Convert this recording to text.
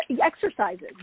exercises